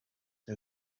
new